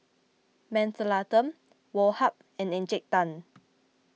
Mentholatum Woh Hup and Encik Tan